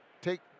take